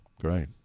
Great